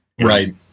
Right